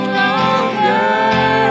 longer